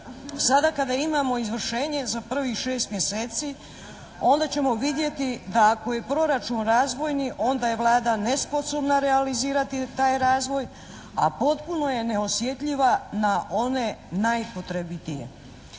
Sada kada imamo izvršenje za prvih 6 mjeseci onda ćemo vidjeti da ako je proračun razvojni onda je Vlada nesposobna realizirati taj razvoj, a potpuno je neosjetljiva na one najpotrebitije.